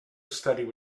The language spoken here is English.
studied